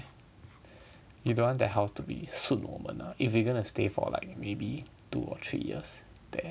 you don't want that house to be 顺我们 ah if we going to stay for like maybe two or three years there